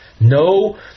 no